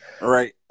right